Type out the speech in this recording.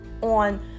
on